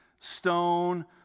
stone